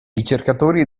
ricercatori